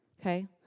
okay